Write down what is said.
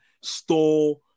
store